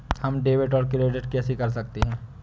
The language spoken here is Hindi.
हम डेबिटऔर क्रेडिट कैसे कर सकते हैं?